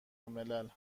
الملل